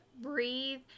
breathe